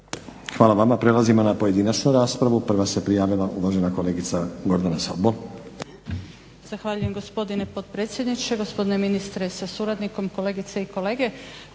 Hvala vama. Prelazimo na pojedinačnu raspravu. Prva se prijavila uvažena kolegica Gordana Sobol.